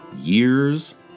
years